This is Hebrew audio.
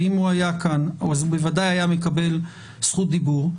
ואם הוא היה כאן אז בוודאי הוא היה מקבל זכות דיבור.